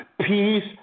Peace